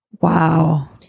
Wow